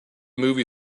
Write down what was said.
movie